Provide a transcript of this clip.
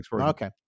Okay